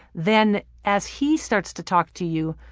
then as he starts to talk to you,